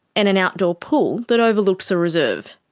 and an outdoor pool that overlooks a reserve.